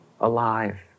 alive